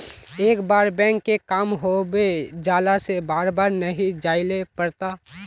एक बार बैंक के काम होबे जाला से बार बार नहीं जाइले पड़ता?